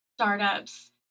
startups